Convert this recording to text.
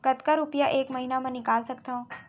कतका रुपिया एक महीना म निकाल सकथव?